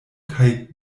kaj